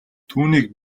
түүнийг